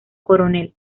coronel